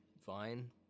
fine